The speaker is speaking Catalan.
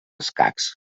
escacs